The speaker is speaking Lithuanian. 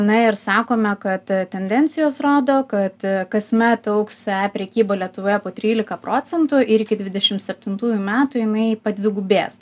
na ir sakome kad tendencijos rodo kad kasmet augs e prekyba lietuvoje po trylika procentų ir iki dvidešim septintųjų metų jinai padvigubės